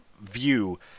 view